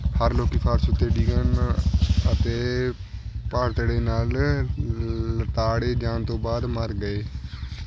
ਹਰ ਲੋਕ ਫਰਸ਼ ਉੱਤੇ ਡਿੱਗਣ ਅਤੇ ਭਗਦੜ ਨਾਲ ਲਤਾੜੇ ਜਾਣ ਤੋਂ ਬਾਅਦ ਮਰ ਗਏ